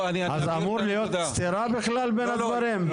אז אמור להיות סתירה בכלל בין הדברים?